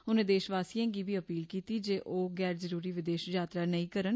उनें देशवासियें गी बी अपील कीती ऐ जे ओह गैर जरूरी विदेश यात्रा नेईं करन